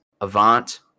Avant